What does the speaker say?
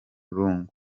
rungu